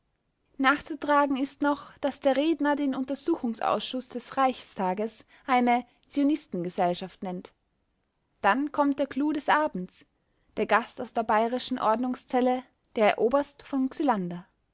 nachzutragen ist noch daß der redner den untersuchungsausschuß des reichstages eine zionistengesellschaft nennt dann kommt der clou des abends der gast aus der bayerischen ordnungszelle der herr oberst v xylander